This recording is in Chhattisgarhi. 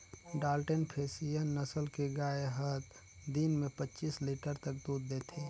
होल्टेन फेसियन नसल के गाय हत दिन में पच्चीस लीटर तक दूद देथे